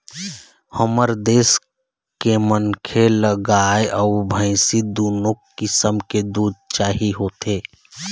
हमर देश के मनखे ल गाय अउ भइसी दुनो किसम के दूद चाही होथे